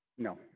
No